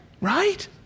right